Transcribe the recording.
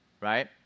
Right